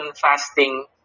fasting